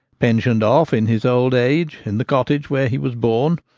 pensioned off in his old age in the cot tage where he was born,